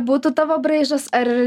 būtų tavo braižas ar